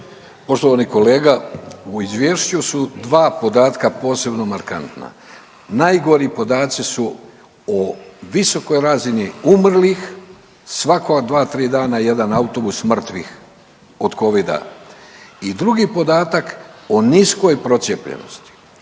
Poštovani kolega u izvješću su dva podatka posebno markantna. Najgori podaci su o visokoj razini umrlih. Svaka dva, tri dana jedan autobus mrtvih od covida. I drugi podatak o niskoj procijepljenosti.